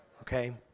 Okay